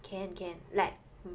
can can like